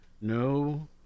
no